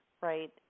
right